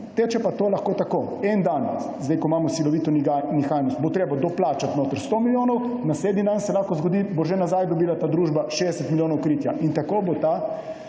Teče pa to lahko tako. En dan, sedaj ko imamo silovito nihajnost, bo treba doplačati notri 100 milijonov, naslednji dan se lahko zgodi, da bo že nazaj dobila ta družba 60 milijonov kritja in tako bo